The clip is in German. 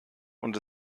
und